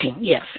yes